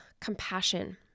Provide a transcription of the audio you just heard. Compassion